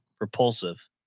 repulsive